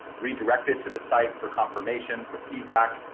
redirected to the site for confirmation for feedback,